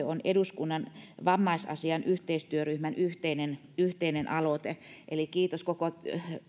on eduskunnan vammaisasiain yhteistyöryhmän yhteinen yhteinen aloite eli kiitos koko